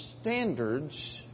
standards